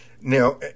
Now